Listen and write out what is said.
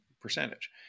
percentage